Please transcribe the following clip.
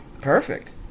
perfect